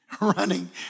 Running